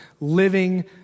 living